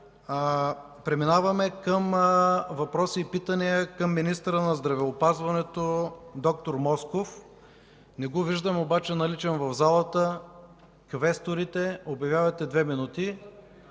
Преминаваме към въпроси и питания към министъра на здравеопазването доктор Москов. Не го виждам обаче в залата. Обявявам 15 минути